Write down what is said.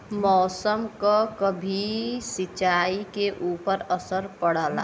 मौसम क भी सिंचाई के ऊपर असर पड़ला